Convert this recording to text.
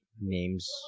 names